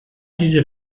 diese